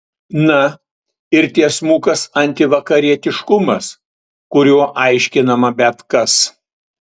na ir tiesmukas antivakarietiškumas kuriuo aiškinama bet kas